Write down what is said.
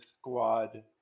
Squad